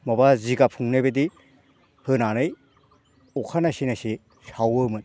माबा जिगाब फुंनाय बायदि होनानै अखा नायसि नायसि सावोमोन